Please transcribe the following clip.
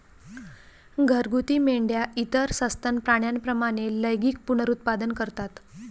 घरगुती मेंढ्या इतर सस्तन प्राण्यांप्रमाणे लैंगिक पुनरुत्पादन करतात